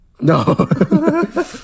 No